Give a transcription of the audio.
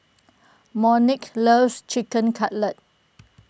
Monique loves Chicken Cutlet